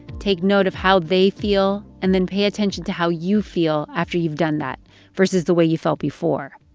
take note of how they feel. and then pay attention to how you feel after you've done that versus the way you felt before.